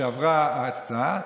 כשעברה ההצעה,